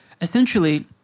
Essentially